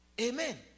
amen